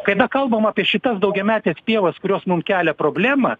kai kalbam apie šitas daugiametes pievas kurios mum kelia problemą